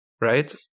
right